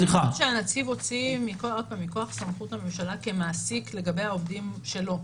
הוראות שהנציב הוציא מכוח סמכות הממשלה כמעסיק לגבי העובדים שלו,